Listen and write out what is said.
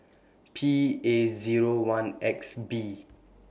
P A Zero one X B